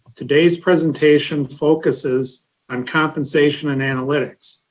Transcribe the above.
today's presentation focuses on compensation and analytics.